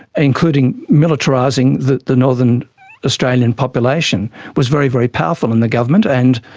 including militarising the the northern australian population was very, very powerful in the government, and